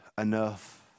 enough